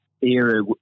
era